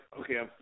okay